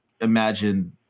imagine